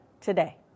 today